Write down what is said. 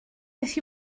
beth